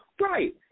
Right